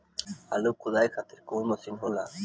आलू खुदाई खातिर कवन मशीन होला?